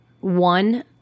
one